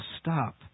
Stop